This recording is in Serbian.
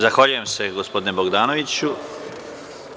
Zahvaljujem se gospodine Bogdanoviću.